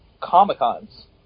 Comic-Cons